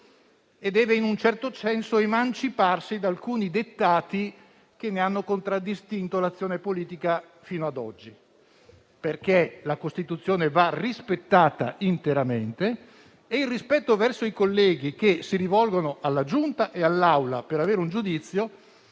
e deve in un certo senso emanciparsi da alcuni dettati che ne hanno contraddistinto l'azione politica fino ad oggi, perché la Costituzione va rispettata interamente e per rispetto verso i colleghi che si rivolgono alla Giunta e all'Assemblea per avere un giudizio,